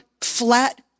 flat